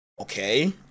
okay